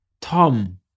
Tom